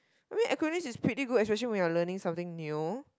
I mean acronym is pretty good especially when you're learning something new